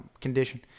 condition